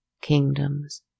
kingdoms